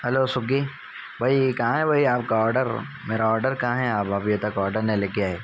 hello Swiggy بھائی کہاں ہے بھائی آپ کا آڈر میرا آڈر کہاں ہے آپ ابھی تک آڈر نہیں لے کے آئے